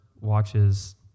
watches